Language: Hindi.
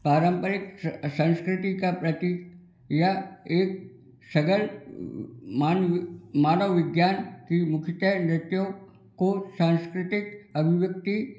पारंपरिक संस्कृति का प्रतीक यह एक सहगल मानव विज्ञान की मुख्यतः नृत्य को संस्कृत अभिव्यक्ति